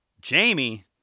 jamie